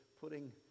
putting